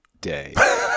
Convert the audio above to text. day